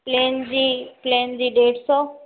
plain जी plane जी ॾेढ सौ